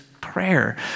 prayer